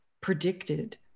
predicted